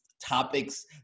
topics